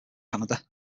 canada